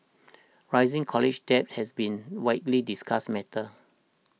rising college debt has been widely discussed matter